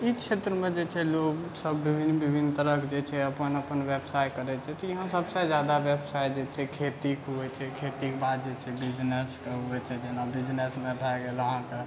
ई क्षेत्रमे जे छै लोक सब विभिन्न विभिन्न तरह तरहके जे छै अपन अपन व्यवसाय करैत छै तऽ यहाँ सबसे जादा व्यवसाय जे छै खेती होयत छै खेतीके बाद जे छै बिजनेस होयत छै जेना बिजनेसमे भए गेल अहाँकेँ